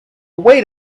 wait